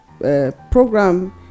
program